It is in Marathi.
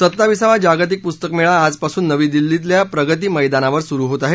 सत्ताविसावा जागतिक पुस्तक मेळा आजपासून नवी दिल्ली शिल्या प्रगती मैदानावर सुरु होत आहे